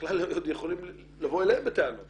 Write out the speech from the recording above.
בכלל יכולים לבוא אלינו בטענות